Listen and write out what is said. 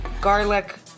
garlic